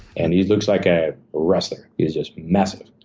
and he looks like a wrestler. he's just massive.